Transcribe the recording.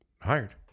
hired